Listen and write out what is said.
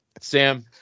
Sam